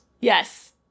Yes